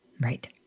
Right